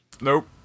Nope